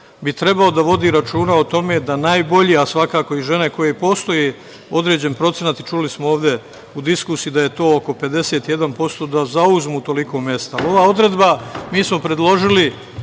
bi trebalo da vodi računa o tome da najbolji, a svakako i žene koje postoje određen procenat i čuli smo ovde u diskusiji da je to oko 51%, da zauzmu toliko mesta. Ova odredba, mi smo predložili